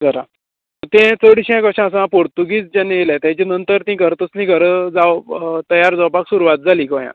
घरां तें चडशें कशें आसा पोर्तूगीज जेन्ना येलें तेडे नंतर घर तसलीं घरां जाव तयार जावपाक सुरवात जालीं गोंय